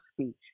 speech